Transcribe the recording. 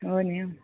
हो नि हौ